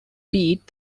beat